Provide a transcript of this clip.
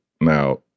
now